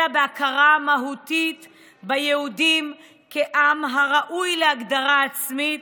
אלא להכרה מהותית ביהודים כעם הראוי להגדרה עצמית